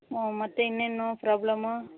ಹ್ಞೂ ಮತ್ತು ಇನ್ನೇನು ಪ್ರಾಬ್ಲಮ್ಮು